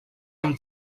amb